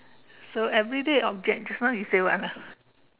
so everyday object just now you said what ah